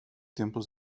tiempos